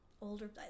Older